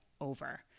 over